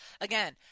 again –